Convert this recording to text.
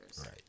Right